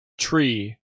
tree